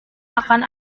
akan